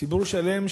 ציבור שלם,